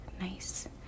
nice